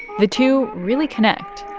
the two really connect.